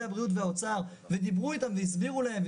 הבריאות והאוצר ודיברו איתם והסבירו להם,